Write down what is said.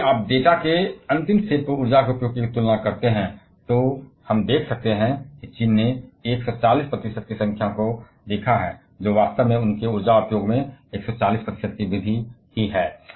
अब यदि आप डेटा के अंतिम सेट पर ऊर्जा उपयोगों की तुलना करते हैं तो हम देख सकते हैं कि चीन ने 140 प्रतिशत की संख्या को देखा है जो वास्तव में उनके ऊर्जा उपयोगों में 140 प्रतिशत की वृद्धि है